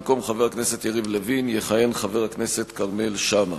במקום חבר הכנסת יריב לוין יכהן חבר הכנסת כרמל שאמה.